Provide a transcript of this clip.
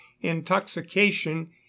intoxication